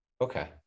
Okay